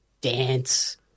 dance